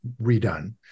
redone